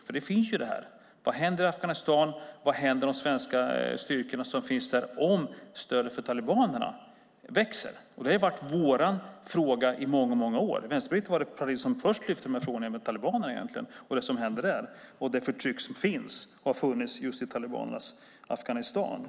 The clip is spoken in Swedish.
Det finns ju där. Vad händer i Afghanistan? Vad händer med de svenska styrkor som finns där om stödet för talibanerna växer? Detta har varit vår fråga i många år. Vänsterpartiet var det parti som först lyfte frågan om talibanerna och vad som hände där. Det förtryck som finns har också funnits just i talibanernas Afghanistan.